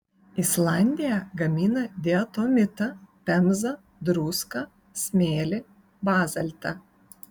islandija gamina diatomitą pemzą druską smėlį bazaltą